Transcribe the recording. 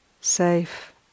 safe